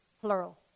plural